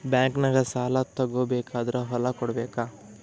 ಬ್ಯಾಂಕ್ನಾಗ ಸಾಲ ತಗೋ ಬೇಕಾದ್ರ್ ಹೊಲ ಕೊಡಬೇಕಾ?